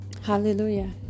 Hallelujah